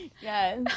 Yes